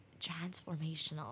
transformational